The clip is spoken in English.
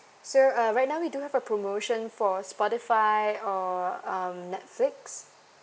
so uh right now we do have a promotion for spotify or um netflix